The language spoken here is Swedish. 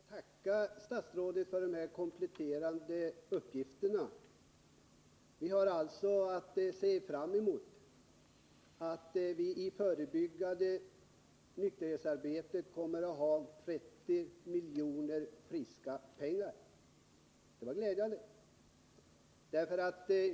Herr talman! Jag ber att få tacka statsrådet för de här kompletterande uppgifterna. Vi har alltså att se fram emot att vi i det förebyggande nykterhetsarbetet kommer att ha 30 milj.kr. i friska pengar. Det var glädjande.